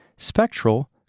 Spectral